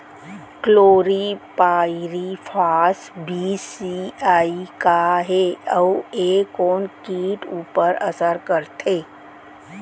Chlorpyrifos बीस CE का हे अऊ ए कोन किट ऊपर असर करथे?